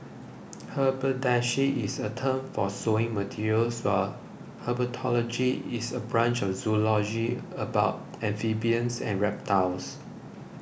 haberdashery is a term for sewing materials while herpetology is a branch of zoology about amphibians and reptiles